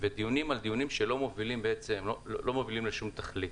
ודיונים על דיונים שלא מובילים לשום תכלית.